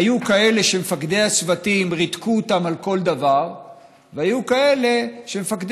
היו כאלה שמפקדי הצוותים ריתקו אותם על כל דבר והיו כאלה שמפקדי